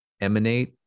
emanate